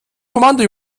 kommando